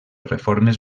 reformes